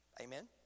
Amen